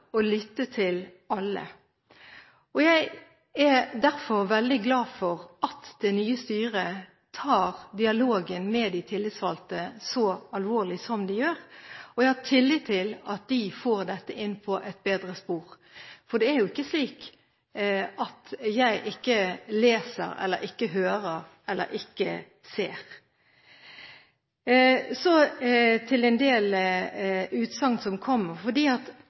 lytte til alle. Jeg er derfor veldig glad for at det nye styret tar dialogen med de tillitsvalgte så alvorlig som de gjør, og jeg har tillit til at de får dette inn på et bedre spor. Det er jo ikke slik at jeg ikke leser eller ikke hører eller ikke ser. Så til en del utsagn som har kommet. Det aller, aller viktigste her er at